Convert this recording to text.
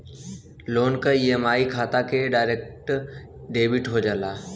loan क EMI खाता से डायरेक्ट डेबिट हो जाला